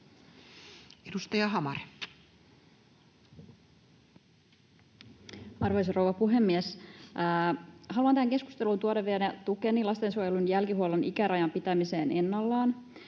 Content: Arvoisa rouva puhemies! Haluan tähän keskusteluun tuoda vielä tukeni lastensuojelun jälkihuollon ikärajan pitämiseen ennallaan,